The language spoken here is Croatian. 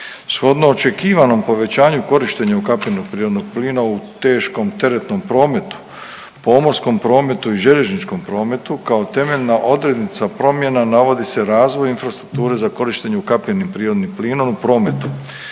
Shodno očekivanom povećanju korištenja ukapljenog prirodnog plina u teškom teretnom prometu, pomorskom prometu i željezničkom prometu kao temeljna odrednica promjena navodi se razvoj infrastrukture za korištenje ukapljenim prirodnim plinom u prometu.